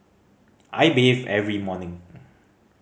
I bathe every morning